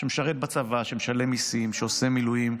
שמשרת בצבא, שמשלם מיסים, שעושה מילואים,